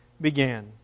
began